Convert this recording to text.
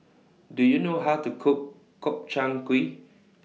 Do YOU know How to Cook Gobchang Gui